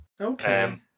Okay